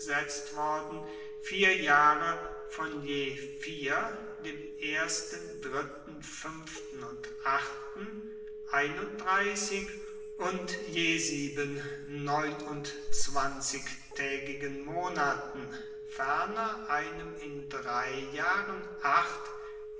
vier jahre von je vier dem ersten dritten fuenften und achten einunddreissig und je sieben neunundzwanzigtaegigen monaten ferner einem in drei jahren acht